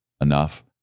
enough